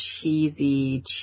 cheesy